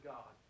God